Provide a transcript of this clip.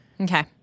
Okay